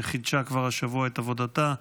שכבר חידשה השבוע את עבודתה,